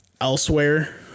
elsewhere